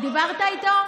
מה עברת לי צד?